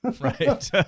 Right